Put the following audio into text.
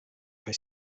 kaj